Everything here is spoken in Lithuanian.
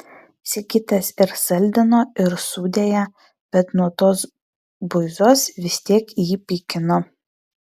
sigitas ir saldino ir sūdė ją bet nuo tos buizos vis tiek jį pykino